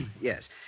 Yes